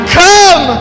come